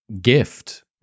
gift